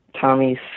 Tommy's